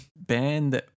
band